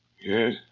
Yes